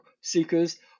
seekers